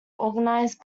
organised